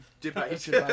debate